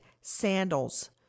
sandals